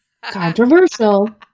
controversial